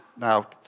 now